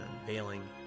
unveiling